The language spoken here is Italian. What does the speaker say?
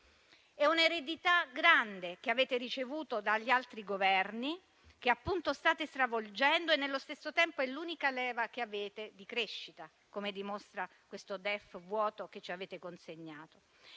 È un'eredità grande che avete ricevuto dagli altri Governi che state stravolgendo e nello stesso tempo è l'unica leva che avete di crescita, come dimostra questo DEF vuoto che ci avete consegnato.